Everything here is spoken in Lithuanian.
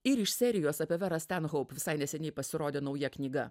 ir iš serijos apie verą stenhoup visai neseniai pasirodė nauja knyga